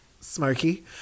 smoky